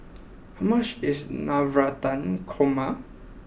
how much is Navratan Korma